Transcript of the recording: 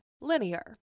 Linear